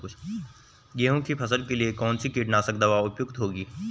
गेहूँ की फसल के लिए कौन सी कीटनाशक दवा उपयुक्त होगी?